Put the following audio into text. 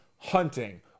hunting